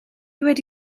wedi